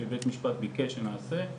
שבית המשפט ביקש שנעשה,